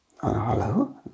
hello